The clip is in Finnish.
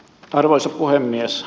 arvoisa puhemies